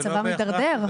מצבם הידרדר,